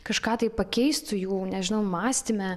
kažką tai pakeistų jų nežinau mąstyme